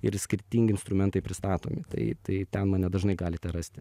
ir skirtingi instrumentai pristatomi tai tai ten mane dažnai galite rasti